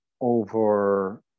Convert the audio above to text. over